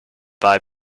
buy